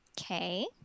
Okay